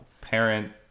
parent